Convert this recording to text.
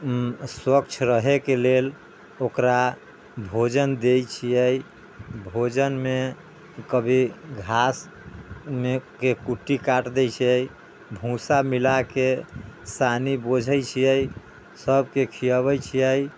स्वच्छ रहैके लेल ओकरा भोजन दै छियै भोजनमे कभी घासमे के कुट्टी काटि दै छियै भूसा मिलाके सानी बोझै छियै सबके खियाबै छियै